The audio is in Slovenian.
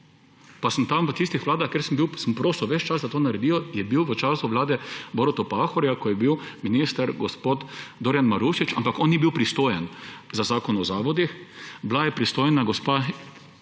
pa sem v tistih vladah, kjer sem bil, prosil ves čas, da to naredijo, je bil v času vlade Boruta Pahorja minister gospod Dorjan Marušič, ampak on ni bil pristojen za Zakon o zavodih, bila je pristojna gospa